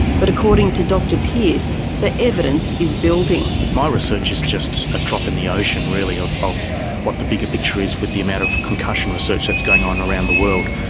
but according to dr pearce the evidence is building. my research is just a drop in the ocean really of of what the bigger picture is with the amount of concussion research that's going on around the world.